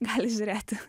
gali žiūrėti